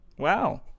Wow